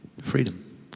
freedom